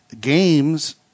Games